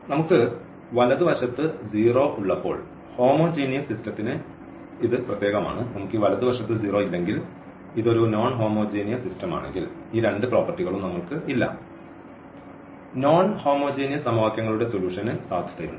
നമുക്ക് വലതുവശത്ത് 0 ഉള്ളപ്പോൾ ഹോമോജിനിയസ് സിസ്റ്റത്തിന് ഇത് പ്രത്യേകമാണ് നമുക്ക് ഈ വലതുവശത്ത് 0 ഇല്ലെങ്കിൽ ഇത് ഒരു നോൺഹോമോജിനിയസ് സിസ്റ്റമാണെങ്കിൽ ഈ രണ്ട് പ്രോപ്പർട്ടികളും നമ്മൾക്ക് ഇല്ല നോൺഹോമോജിനിയസ് സമവാക്യങ്ങളുടെ സൊലൂഷന് സാധുതയുണ്ട്